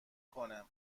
کنه